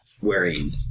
wearing